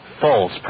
false